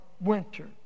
winter